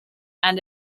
and